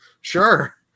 sure